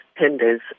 tenders